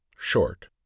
short